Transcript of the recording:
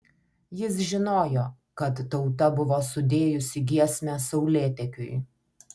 jis žinojo kad tauta buvo sudėjusi giesmę saulėtekiui